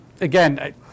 again